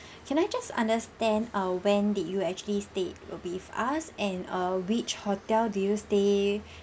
can I just understand err when did you actually stayed with us and err which hotel do you stay